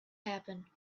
happen